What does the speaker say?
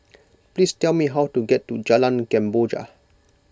please tell me how to get to Jalan Kemboja